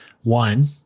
one